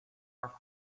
are